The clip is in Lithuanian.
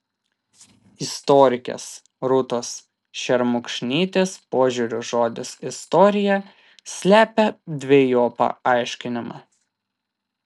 istorikės rūtos šermukšnytės požiūriu žodis istorija slepia dvejopą aiškinimą